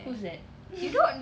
who's that